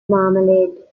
marmalade